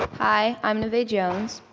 hi, i'm navay jones.